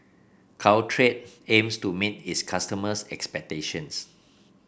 Caltrate aims to meet its customers' expectations